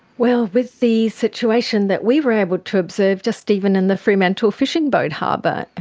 well, with the situation that we were able to observe, just even in the fremantle's fishing boat harbour,